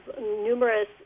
numerous